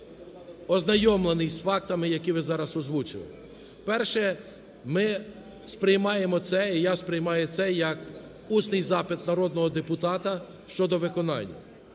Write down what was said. ознайомлений з фактами, які ви зараз озвучили. Перше. Ми сприймаємо це, і я сприймаю це як усний запит народного депутата щодо виконань.